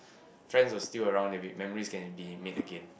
friends who are still around that made memories can be made again